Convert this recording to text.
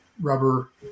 rubber